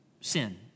Sin